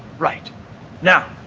right now,